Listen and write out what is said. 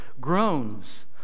Groans